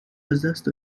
ازدست